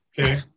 okay